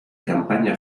campaña